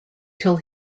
till